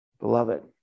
Beloved